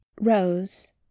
Rose